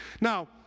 Now